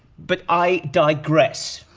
but i digress.